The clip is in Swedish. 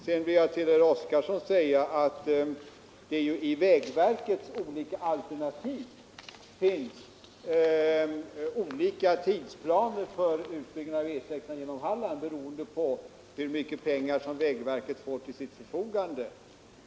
Sedan vill jag till herr Oskarson säga att det i vägverkets olika alternativ finns olika tidsplaner för utbyggnad av E 6 genom Halland, beroende på hur mycket pengar vägverket får till sitt förfogande.